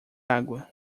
água